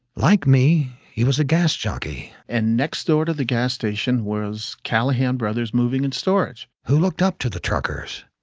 like me, he was a gas jockey, and next door to the gas station was callahan brothers moving and storage. who looked up to the truckers.